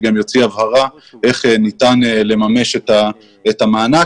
יוציא הבהרה איך ניתן לממש את המענק.